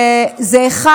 וזה אחד,